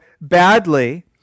badly